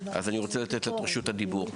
אז אני רוצה לתת לה את רשות הדיבור.